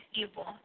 evil